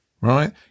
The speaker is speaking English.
right